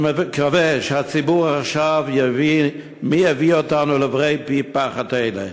אני מקווה שהציבור עכשיו יבין מי הביא אותנו לעברי פי פחת אלה,